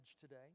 today